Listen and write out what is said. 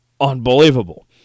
unbelievable